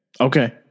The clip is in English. Okay